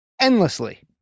endlessly